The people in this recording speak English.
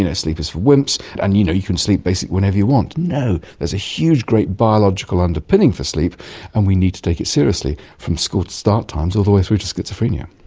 you know sleep is for wimps and you know you can sleep basically whenever you want. no, there's a huge great biological underpinning for sleep and we need to take it seriously, from school start times all the way through to schizophrenia.